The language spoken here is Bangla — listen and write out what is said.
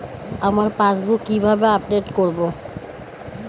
আমার পাসবুক কিভাবে আপডেট করবো?